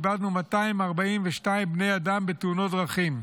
איבדנו 242 בני אדם בתאונות דרכים,